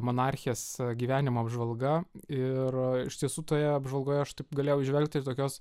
monarchės gyvenimo apžvalga ir iš tiesų toje apžvalgoje aš taip galėjau įžvelgti tokios